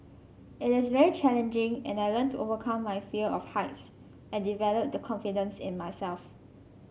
it is very challenging and I learnt to overcome my fear of heights and develop the confidence in myself